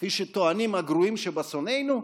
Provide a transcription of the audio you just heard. כפי שטוענים הגרועים שבשונאינו?